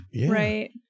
right